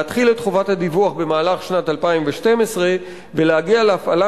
להתחיל את חובת הדיווח במהלך שנת 2012 ולהגיע להפעלה